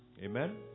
Amen